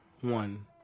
One